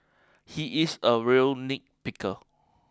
he is a real nitpicker